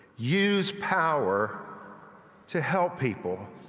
use power to help people